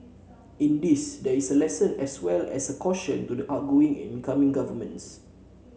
in this there is a lesson as well as a caution to the outgoing and incoming governments